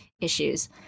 issues